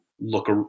look